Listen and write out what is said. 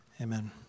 Amen